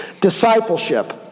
Discipleship